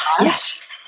yes